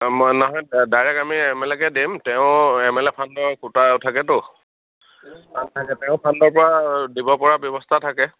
নহয় ডাইৰেক্ট আমি এম এলকে দিম তেওঁ এম এল এ ফাণ্ডৰ কোটা থাকেতো থাকে তেওঁ ফাণ্ডৰ পৰা দিব পৰা ব্যৱস্থা থাকে